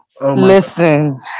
Listen